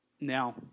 Now